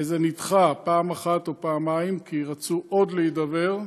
זה נדחה פעם אחת או פעמיים, כי רצו עוד להידבר,